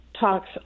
talks